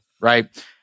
right